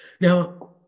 now